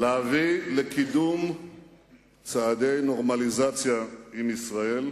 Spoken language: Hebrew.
להביא לקידום צעדי נורמליזציה עם ישראל.